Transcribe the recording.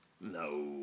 No